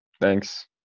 Thanks